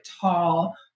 tall